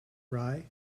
rye